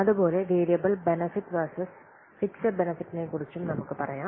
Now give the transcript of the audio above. അതുപോലെ variable benefit versus fixed ബെനെഫിട്ടിനെക്കുറിച്ചും നമുക്ക് പറയാം